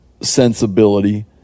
sensibility